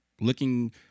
looking